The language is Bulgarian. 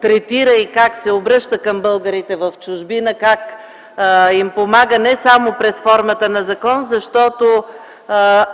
третира и как се обръща към българите в чужбина, как им помага не само през формата на закон.